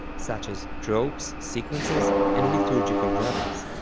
such as tropes, sequences, and liturgical dramas.